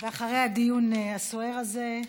אחרי הדיון הסוער הזה,